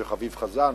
שחביב חזאן,